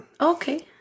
Okay